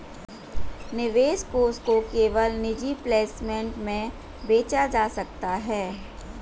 निवेश कोष को केवल निजी प्लेसमेंट में बेचा जा सकता है